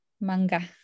manga